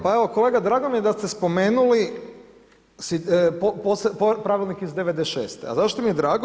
Pa evo kolega, drago mi je da ste spomenuli pravilnik iz '96., a zašto mi je drago?